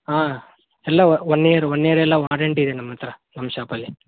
ಹಾಂ ಎಲ್ಲ one year one year ಎಲ್ಲ ವಾರಂಟಿ ಇದೆ ನಮ್ಮ ಹತ್ರ ನಮ್ಮ ಶಾಪಲ್ಲಿ